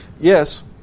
Yes